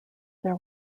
there